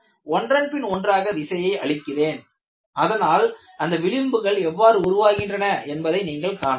ஒன்றன்பின் ஒன்றாக விசையை அளிக்கிறேன் அதனால் அந்த விளிம்புகள் எவ்வாறு உருவாகின்றன என்பதை நீங்கள் காணலாம்